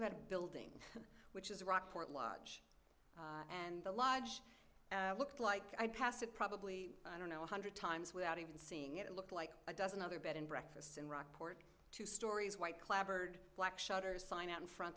about a building which is a rockport lodge and the lodge looked like i'd pass it probably i don't know one hundred times without even seeing it it looked like a dozen other bed and breakfasts in rockport two stories white clabbered black shutters sign out in front